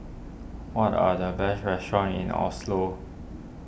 what are the best restaurants in Oslo